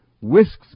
whisks